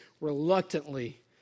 reluctantly